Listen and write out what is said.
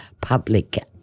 public